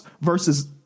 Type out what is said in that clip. versus